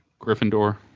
Gryffindor